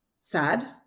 sad